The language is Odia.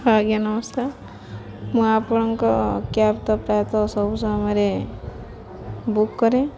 ହଁ ଆଜ୍ଞା ନମସ୍କାର ମୁଁ ଆପଣଙ୍କ କ୍ୟାବ୍ ତ ପ୍ରାୟତଃ ସବୁ ସମୟରେ ବୁକ୍ କରେ